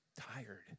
tired